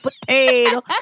potato